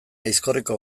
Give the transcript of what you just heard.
aizkorriko